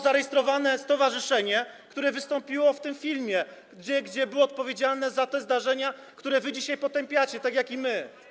zarejestrowane stowarzyszenie, które wystąpiło w tym filmie, które było odpowiedzialne za te zdarzenia, które wy dzisiaj potępiacie tak jak my.